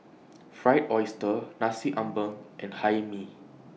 Fried Oyster Nasi Ambeng and Hae Mee